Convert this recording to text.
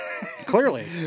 Clearly